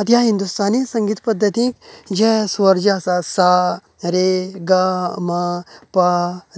आतां ह्या हिंदुस्थानी संगीत पद्दतींत जे स्वर जे आसा सा रे गा मा पा